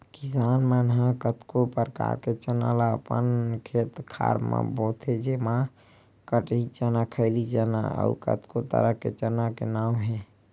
किसान मन ह कतको परकार के चना ल अपन खेत खार म बोथे जेमा कटही चना, खैरी चना अउ कतको तरह के चना के नांव हे